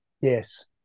yes